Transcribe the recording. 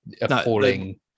appalling